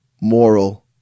moral